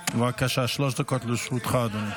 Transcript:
בבקשה, שלוש דקות לרשותך, אדוני.